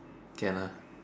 can lah